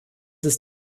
ist